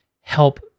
help